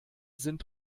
sind